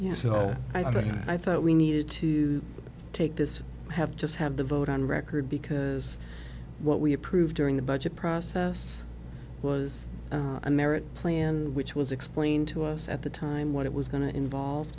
know i thought we needed to take this have just have the vote on record because what we approved during the budget process was a merit plan which was explained to us at the time what it was going to involve